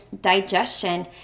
digestion